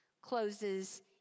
closes